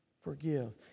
forgive